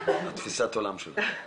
תפיסת העולם שלך.